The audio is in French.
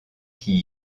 qui